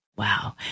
Wow